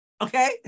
okay